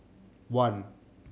one